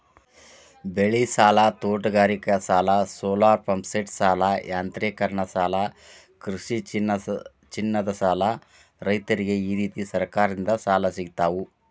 ಬೆಳಿಸಾಲ, ತೋಟಗಾರಿಕಾಸಾಲ, ಸೋಲಾರಪಂಪ್ಸೆಟಸಾಲ, ಯಾಂತ್ರೇಕರಣಸಾಲ ಕೃಷಿಚಿನ್ನದಸಾಲ ರೈತ್ರರಿಗ ಈರೇತಿ ಸರಕಾರದಿಂದ ಸಾಲ ಸಿಗ್ತಾವು